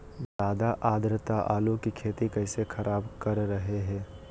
ज्यादा आद्रता आलू की खेती कैसे खराब कर रहे हैं?